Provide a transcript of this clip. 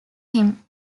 him